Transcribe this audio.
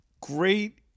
great